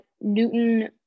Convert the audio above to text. Newton